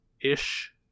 ish